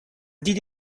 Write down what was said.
دید